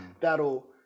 that'll